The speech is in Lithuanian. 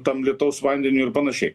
tam lietaus vandeniui ir panašiai